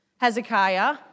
Hezekiah